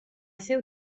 seu